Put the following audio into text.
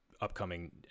upcoming